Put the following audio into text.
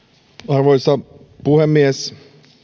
arvoisa puhemies